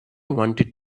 wanted